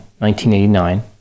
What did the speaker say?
1989